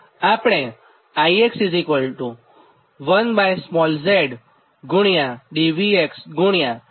આપણે I 1zdVxdVxdx લખી શકીએ